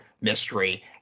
mystery